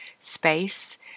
space